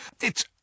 It's